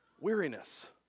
weariness